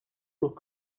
noch